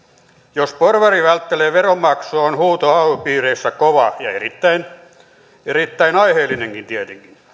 jos porvari välttelee veronmaksua on huuto ay piireissä kova ja erittäin aiheellinenkin tietenkin